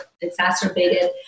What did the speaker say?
exacerbated